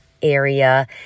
area